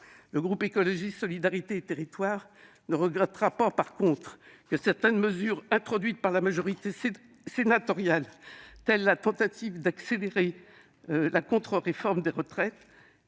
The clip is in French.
Le groupe Écologiste - Solidarité et Territoires ne regrettera pas, en revanche, que certaines mesures introduites par la majorité sénatoriale, telles que la tentative d'accélérer la contre-réforme des retraites,